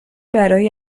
برای